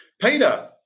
Peter